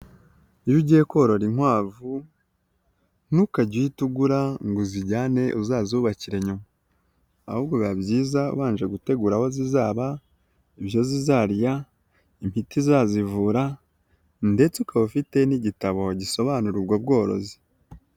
Iyo ugiye korora inkwavu, ntukajye uhihita ugura ngo uzijyane uzazubabakira nyuma, ahubwo biba byiza ubanje gutegura aho zizaba, ibyo zizarya, imiti izazivura ndetse ukaba ufite n'igitabo gisobanura ubwo bworozi.